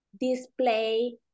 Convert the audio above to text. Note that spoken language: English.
display